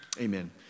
amen